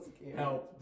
No